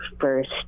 first